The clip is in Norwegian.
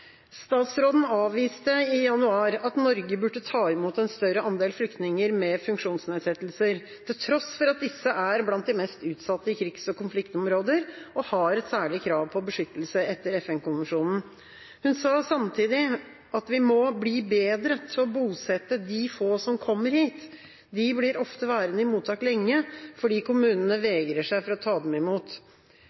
avviste i januar at Norge burde ta imot en større andel flyktninger med funksjonsnedsettelser, til tross for at disse er blant de mest utsatte i krigs- og konfliktområder og har et særlig krav på beskyttelse etter FN-konvensjonen. Hun sa samtidig at vi må bli bedre til å bosette de få som kommer hit. De blir ofte værende i mottak lenge, fordi kommunene vegrer seg for å ta dem imot.